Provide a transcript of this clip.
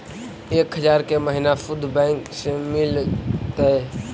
एक हजार के महिना शुद्ध बैंक से मिल तय?